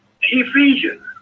Ephesians